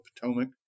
Potomac